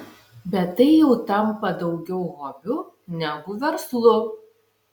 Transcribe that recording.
bet tai jau tampa daugiau hobiu negu verslu